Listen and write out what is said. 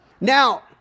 Now